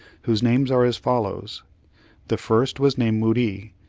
whose names are as follows the first was named muri,